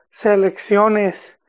selecciones